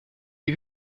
die